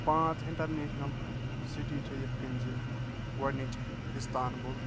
پانٛژھ international city چھِ اِتھ کٔنۍ زِ گۄڈٕنِچ اِستانبُل